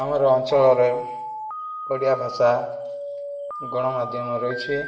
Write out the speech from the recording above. ଆମର ଅଞ୍ଚଳରେ ଓଡ଼ିଆ ଭାଷା ଗଣମାଧ୍ୟମ ରହିଛି